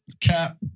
Cap